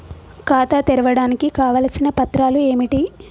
ఖాతా తెరవడానికి కావలసిన పత్రాలు ఏమిటి?